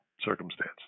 circumstance